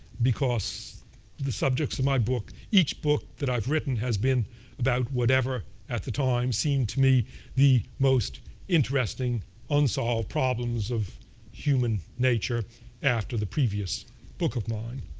because the subjects of my book each book that i've written has been about whatever at the time seemed to me the most interesting unsolved problems of human nature after the previous book of mine.